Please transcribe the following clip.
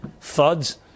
thuds